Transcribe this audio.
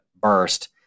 burst